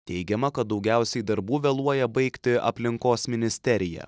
teigiama kad daugiausiai darbų vėluoja baigti aplinkos ministerija